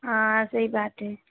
हाँ सही बात है